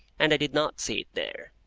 and i did not see it there.